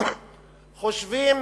חושבים